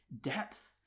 depth